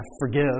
forgive